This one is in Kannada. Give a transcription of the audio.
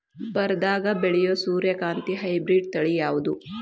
ಬರದಾಗ ಬೆಳೆಯೋ ಸೂರ್ಯಕಾಂತಿ ಹೈಬ್ರಿಡ್ ತಳಿ ಯಾವುದು?